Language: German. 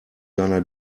deiner